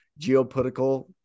geopolitical